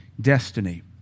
destiny